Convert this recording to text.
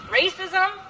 racism